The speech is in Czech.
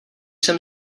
jsem